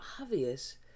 obvious